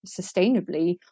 sustainably